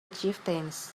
chieftains